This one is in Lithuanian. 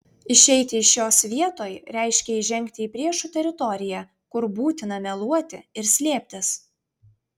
išeiti iš šios vietoj reiškė įžengti į priešų teritoriją kur būtina meluoti ir slėptis